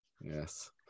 Yes